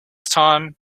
time